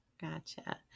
gotcha